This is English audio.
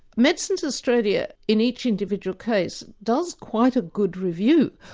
medicines australia in each individual case does quite a good review,